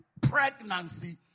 pregnancy